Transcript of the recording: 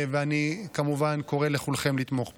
ואני כמובן קורא לכולכם לתמוך בה.